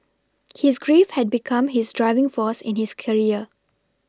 his grief had become his driving force in his career